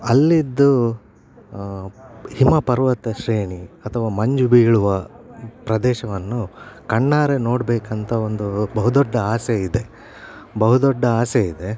ಅಲ್ಲಿಯದ್ದು ಹಿಮ ಪರ್ವತ ಶ್ರೇಣಿ ಅಥವಾ ಮಂಜು ಬೀಳುವ ಪ್ರದೇಶವನ್ನು ಕಣ್ಣಾರೆ ನೋಡಬೇಕಂತ ಒಂದು ಬಹುದೊಡ್ಡ ಆಸೆ ಇದೆ ಬಹುದೊಡ್ಡ ಆಸೆ ಇದೆ